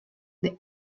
the